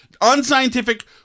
unscientific